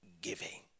giving